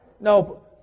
no